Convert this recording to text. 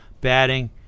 batting